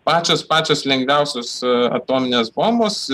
pačios pačios lengviausios atominės bombos